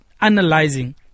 Analyzing